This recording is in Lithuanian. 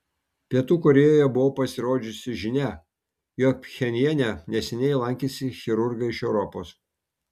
pietų korėjoje buvo pasirodžiusi žinia jog pchenjane neseniai lankėsi chirurgai iš europos